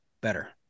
better